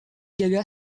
gaga